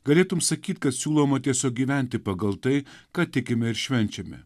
galėtum sakyt kad siūloma tiesiog gyventi pagal tai ką tikime ir švenčiame